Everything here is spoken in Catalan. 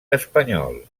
espanyol